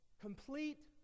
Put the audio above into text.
complete